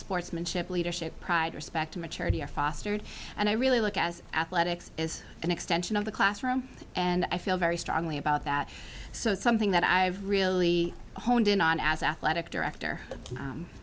sportsmanship leadership pride respect maturity are fostered and i really look as athletics as an extension of the classroom and i feel very strongly about that so it's something that i really honed in on as athletic director